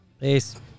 Peace